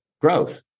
growth